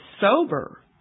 sober